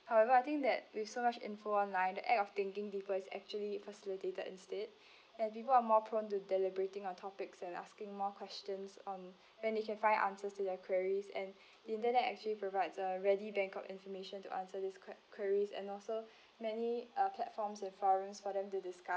however I think that with so much info online the act of thinking deeper is actually facilitated instead and people are more prone to deliberating on topics and asking more questions on when they can find answers to their queries and internet actually provides a ready bank of information to answer this qu~ queries and also many uh platforms and forums for them to discuss